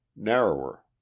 narrower